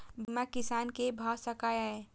बीमा किसान कै भ सके ये?